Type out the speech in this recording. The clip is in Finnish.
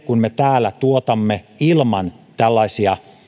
kun me täällä tuotamme ilman tällaisia